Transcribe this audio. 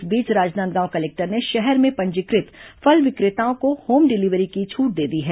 इस बीच राजनांदगांव कलेक्टर ने शहर में पंजीकृत फल विक्रेताओं को होम डिलीवरी की छूट दे दी है